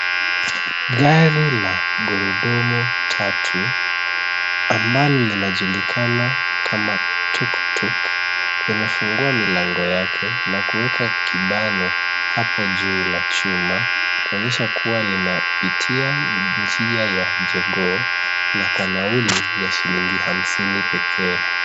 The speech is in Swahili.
Gari la gurudumu tatu ambalo linajulikana kama tuktuk limefungua milango yake na kuweka kibango hapo juu ya chuma kuonyesha kuwa linapitia njia ya Jogoo na kwa nauli ya shilingi hamsini peke.